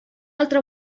altra